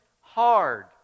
hard